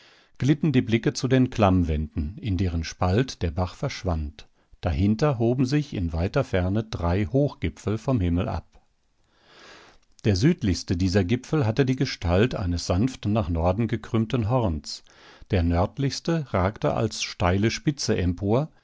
glitten die blicke zu den klammwänden in deren spalt der bach verschwand dahinter hoben sich in weiter ferne drei hochgipfel vom himmel ab der südlichste dieser gipfel hatte die gestalt eines sanft nach norden gekrümmten horns der nördlichste ragte als steile spitze empor